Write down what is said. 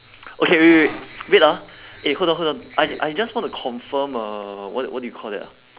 okay wait wait wait wait ah eh hold on hold on I I just wanna confirm uh what what do you call that